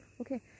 okay